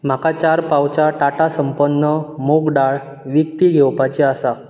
म्हाका चार पावचां टाटा संपन्न मूग दाळ विकती घेवपाची आसा